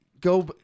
go